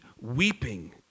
weeping